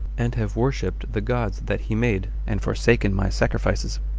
and have worshipped the gods that he made, and forsaken my sacrifices.